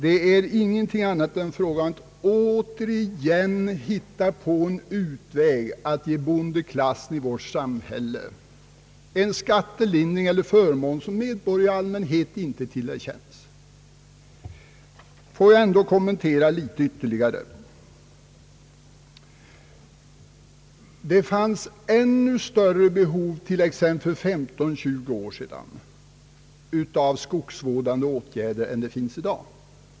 Det är här inte fråga om någonting annat än att återigen hitta på en utväg att ge bondeklassen i vårt samhälle en skattelindring eller en förmån som medborgarna i allmänhet inte erhållit. Får jag kommentera det hela litet ytterligare. Det fanns för 15—20 år sedan ännu större behov av skogsvårdande åtgärder än det finns i dag.